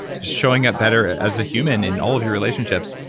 showing up better as a human in all of your relationships,